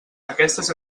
aquestes